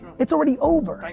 it's already over.